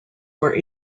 were